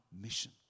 mission